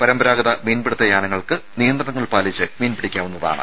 പരമ്പരാഗത മീൻപിടുത്ത യാനങ്ങൾക്ക് നിയന്ത്രണങ്ങൾ പാലിച്ച് മീൻപിടിക്കാവുന്നതാണ്